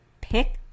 pick